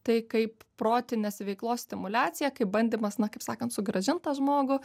tai kaip protinės veiklos stimuliacija kaip bandymas na kaip sakant sugrąžint tą žmogų